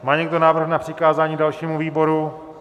Má někdo návrh na přikázání dalšímu výboru?